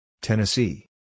Tennessee